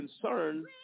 concern